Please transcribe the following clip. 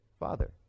father